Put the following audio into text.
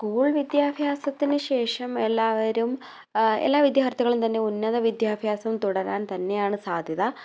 school വിദ്യാഭ്യാസത്തിന് ശേഷം എല്ലാവരും എല്ലാ വിദ്യാർത്ഥികളും തന്നെ ഉന്നത വിദ്യാഭ്യാസം തുടരാൻ തന്നെയാണ് സാദ്ധ്യത